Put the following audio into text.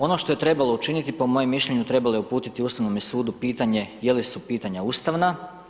Ono što je trebalo učiniti, po moje mišljenju, trebalo je uputiti Ustavnome sudu pitanje je li su pitanja ustavna.